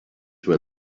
where